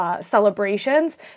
celebrations